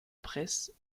presse